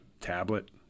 tablet